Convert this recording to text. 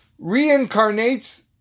reincarnates